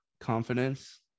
confidence